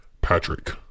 Patrick